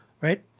right